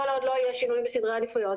כל עוד לא יהיה שינוי בסדרי העדיפויות,